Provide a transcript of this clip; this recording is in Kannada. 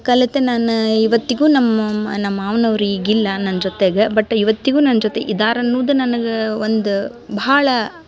ಕಲೆತೆ ನಾನು ಇವತ್ತಿಗು ನಮ್ಮ ನಮ್ಮ ಮಾವನೋರು ಈಗ ಇಲ್ಲ ನನ್ನ ಜೊತೆಗ ಬಟ್ ಇವತ್ತಿಗೂ ನನ್ನ ಜೊತೆ ಇದಾರನ್ನುದ ನನಗೆ ಒಂದ ಭಾಳ